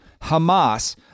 Hamas